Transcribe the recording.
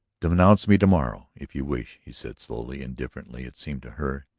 denounce me to-morrow, if you wish, he said slowly, indifferently it seemed to her.